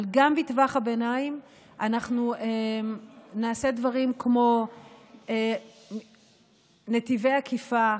אבל גם בטווח הביניים אנחנו נעשה דברים כמו נתיבי עקיפה,